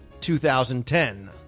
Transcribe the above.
2010